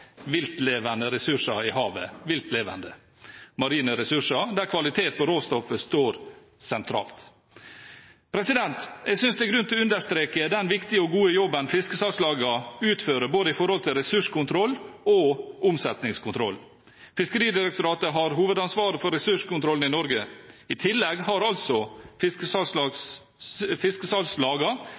viltlevende ressurser i havet – marine ressurser – der kvalitet på råstoffet står sentralt. Jeg syns det er grunn til å understreke den viktige og gode jobben fiskesalgslagene utfører med tanke på både ressurskontroll og omsetningskontroll. Fiskeridirektoratet har hovedansvaret for ressurskontrollen i Norge. I tillegg har altså